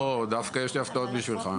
דווקא יש לי הפתעות בשבילך.